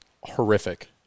horrific